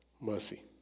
mercy